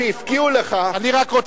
שהפקיעו לך, אני לא יכול